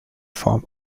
form